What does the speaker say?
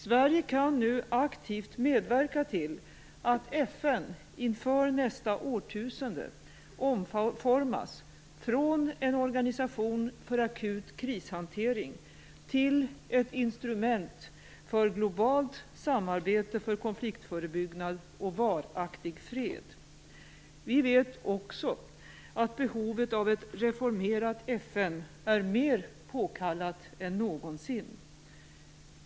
Sverige kan nu aktivt medverka till att FN inför nästa årtusende omformas, från en organisation för akut krishantering, till ett instrument för globalt samarbete för konfliktförebyggande och varaktig fred. Vi vet också, att behovet av ett reformerat FN är mer påkallat än någonsin.